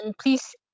please